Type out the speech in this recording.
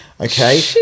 okay